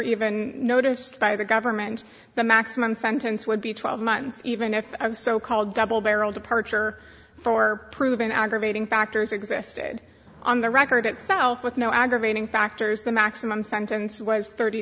even noticed by the government the maximum sentence would be twelve months even if so called double barrel departure for proven aggravating factors existed on the record itself with no aggravating factors the maximum sentence was thirty